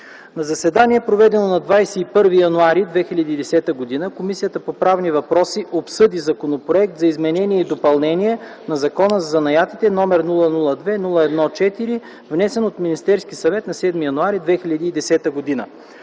„На заседание, проведено на 21 януари 2010 г., Комисията по правни въпроси обсъди Законопроект за изменение и допълнение на Закона за занаятите № 002-01-4, внесен от Министерския съвет на 7 януари 2010 г.